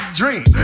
dream